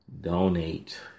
donate